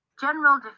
General